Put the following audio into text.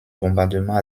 bombardement